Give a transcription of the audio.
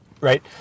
Right